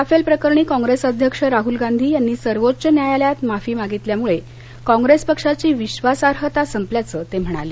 Rafale प्रकरणी काँग्रेस अध्यक्ष राहूल गांधी यांनी सर्वोच्च न्यायालयात माफी मागितल्यामुळे काँप्रेस पक्षाची विश्वासार्हता संपल्याचं ते म्हणाले